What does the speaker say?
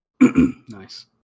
Nice